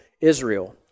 Israel